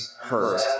hurt